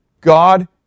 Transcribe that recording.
God